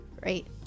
Great